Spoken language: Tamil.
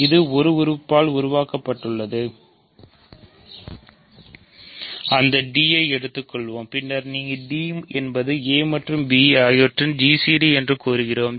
இது ஒரு உறுப்பால் உருவாக்கப்படுகிறது அந்த d ஐ எடுத்துக்கொள்வோம் பின்னர் நீங்கள் d என்பது a மற்றும் b இன் gcd என்று கூறுகிறோம்